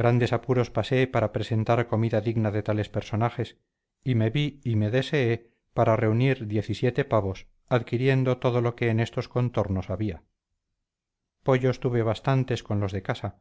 grandes apuros pasé para presentar comida digna de tales personajes y me vi y me deseé para reunir diez y siete pavos adquiriendo todo lo que en estos contornos había pollos tuve bastantes con los de casa